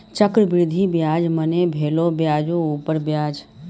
चक्रवृद्धि ब्याज मने भेलो ब्याजो उपर ब्याज